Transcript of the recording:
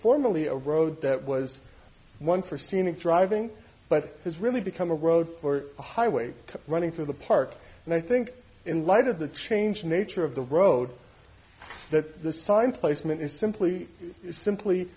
formally a road that was one for scenic driving but has really become a road for a highway running through the park and i think in light of the changing nature of the road that the sign placement is simply simply